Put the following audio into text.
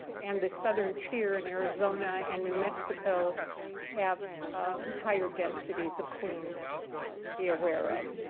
and the southern tier in arizona and new mexico have higher densities of queens to be aware of.